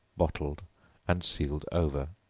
bottled and sealed over.